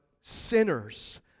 sinners